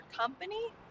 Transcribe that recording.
company